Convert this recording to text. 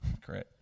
Great